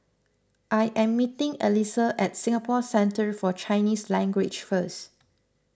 I am meeting Alesia at Singapore Centre for Chinese Language first